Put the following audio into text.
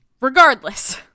Regardless